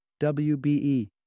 WBE